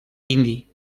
indi